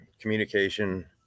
communication